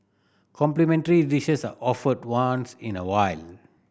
complimentary dishes are offered once in a while